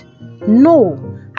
No